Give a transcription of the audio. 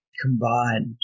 combined